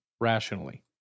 rationally